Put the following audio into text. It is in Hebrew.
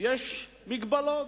יש מגבלות.